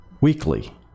weekly